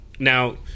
Now